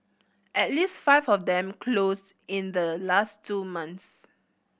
at least five of them closed in the last two months